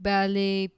Ballet